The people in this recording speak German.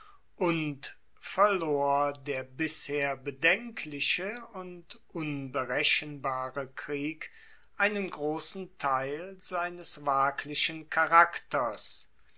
und verlor der bisher bedenkliche und unberechenbare krieg einen grossen teil seines waglichen charakters